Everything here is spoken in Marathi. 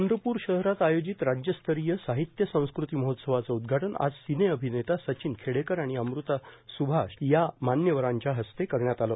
चंद्रपूर शहरात आयोजित राज्यस्तरीय साहित्य संस्कृती महोत्सवाचं उद्घाटन आज सिनेअभिनेता सचिन खेडेकर आणि अमृता स्भाष या मान्यवरांच्या हस्ते करण्यात आलं